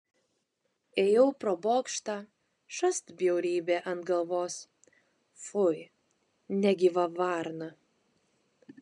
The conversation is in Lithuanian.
ėjau pro bokštą šast bjaurybė ant galvos fui negyva varna